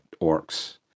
orcs